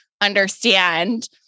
understand